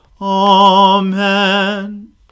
Amen